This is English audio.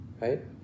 right